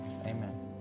amen